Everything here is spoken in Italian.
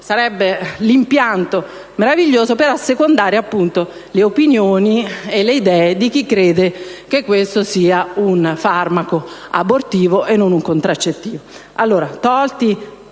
sarebbe l'impianto meraviglioso creato, appunto, per assecondare le opinioni e le idee di chi crede che questo sia un farmaco abortivo e non un contraccettivo.